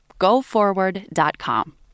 GoForward.com